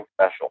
special